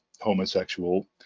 homosexual